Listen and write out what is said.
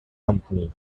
company